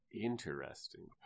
Interesting